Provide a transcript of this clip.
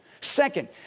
Second